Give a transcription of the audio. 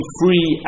free